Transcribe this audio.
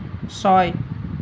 ছয়